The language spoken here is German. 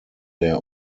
der